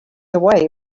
away